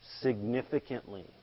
Significantly